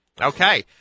Okay